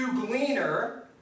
gleaner